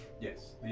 Yes